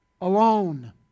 alone